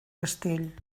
castell